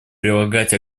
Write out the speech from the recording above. прилагать